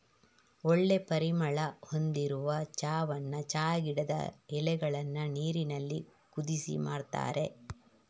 ಒಳ್ಳೆ ಪರಿಮಳ ಹೊಂದಿರುವ ಚಾವನ್ನ ಚಾ ಗಿಡದ ಎಲೆಗಳನ್ನ ನೀರಿನಲ್ಲಿ ಕುದಿಸಿ ಮಾಡ್ತಾರೆ